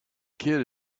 kid